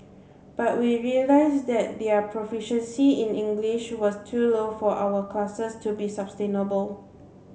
but we realised that their proficiency in English was too low for our classes to be sustainable